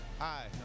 Hi